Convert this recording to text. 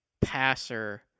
passer